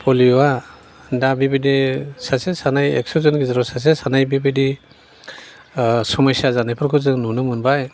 पलिय' आ दा बेबादि सासे सानै एक्स'जननि गेजेराव सासे सानै बेबादि समयसा जानायफोरखौ जों नुनो मोनबाय